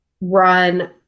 run